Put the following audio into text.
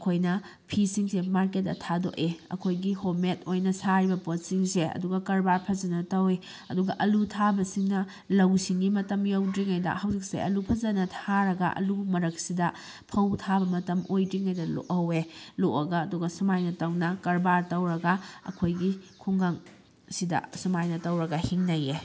ꯑꯩꯍꯣꯏꯅ ꯐꯤꯁꯤꯡꯁꯦ ꯃꯥꯔꯀꯦꯠꯇ ꯊꯥꯗꯣꯛꯏ ꯑꯩꯈꯣꯏꯒꯤ ꯍꯣꯝ ꯃꯦꯗ ꯑꯣꯏꯅ ꯁꯥꯔꯤꯕ ꯄꯣꯠꯁꯤꯡꯁꯦ ꯑꯗꯨꯒ ꯀꯔꯕꯥꯔ ꯐꯖꯅ ꯇꯧꯏ ꯑꯗꯨꯒ ꯑꯂꯨ ꯊꯥꯕꯁꯤꯅ ꯂꯧ ꯁꯤꯡꯒꯤ ꯃꯇꯝ ꯌꯧꯗ꯭ꯔꯤꯉꯩꯗ ꯍꯧꯖꯤꯛꯁꯦ ꯑꯂꯨ ꯐꯖꯅ ꯊꯥꯔꯒ ꯑꯂꯨ ꯃꯔꯛꯁꯤꯗ ꯐꯧ ꯊꯥꯕ ꯃꯇꯝ ꯑꯣꯏꯗ꯭ꯔꯤꯉꯩꯗ ꯂꯣꯛꯍꯧꯋꯦ ꯂꯣꯛꯂꯒ ꯑꯗꯨꯒ ꯁꯨꯃꯥꯏꯅ ꯇꯧꯅ ꯀꯔꯕꯥꯔ ꯇꯧꯔꯒ ꯑꯩꯈꯣꯏꯒꯤ ꯈꯨꯡꯒꯪ ꯁꯤꯗ ꯑꯁꯨꯃꯥꯏꯅ ꯇꯧꯔꯒ ꯍꯤꯡꯅꯩꯌꯦ